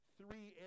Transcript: three